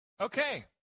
Okay